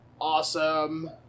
awesome